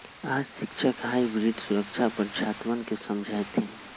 आज शिक्षक हाइब्रिड सुरक्षा पर छात्रवन के समझय थिन